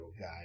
guy